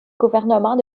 gouvernement